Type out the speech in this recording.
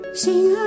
sing